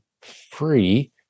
free